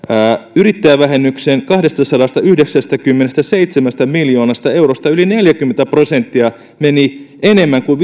yrittäjävähennyksen kahdestasadastayhdeksästäkymmenestäseitsemästä miljoonasta eurosta yli neljäkymmentä prosenttia meni enemmän kuin